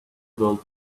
gold